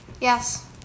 Yes